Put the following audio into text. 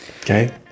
Okay